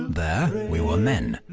there we were men,